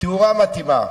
תאורה מתאימה.